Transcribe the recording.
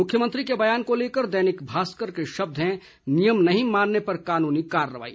मुख्यमंत्री के बयान को लेकर दैनिक भास्कर के शब्द हैं नियम नहीं मानने पर कानूनी कार्रवाई